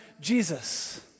Jesus